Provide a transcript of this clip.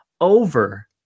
Over